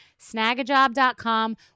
Snagajob.com